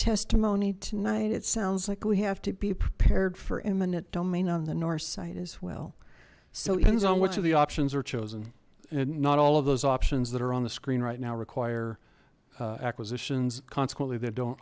testimony tonight it sounds like we have to be prepared for eminent domain on the north side as well so it is on which of the options are chosen and not all of those options that are on the screen right now require acquisitions consequently they don't